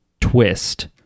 Twist